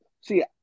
See